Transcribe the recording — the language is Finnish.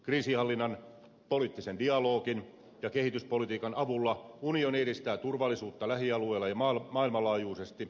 kriisinhallinnan poliittisen dialogin ja kehityspolitiikan avulla unioni edistää turvallisuutta lähialueilla ja maailmanlaajuisesti